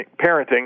parenting